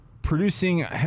Producing